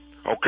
okay